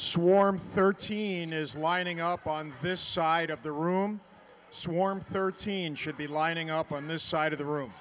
schwarm thirteen is lining up on this side of the room swarm thirteen should be lining up on this side of the room